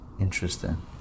Interesting